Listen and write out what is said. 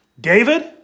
David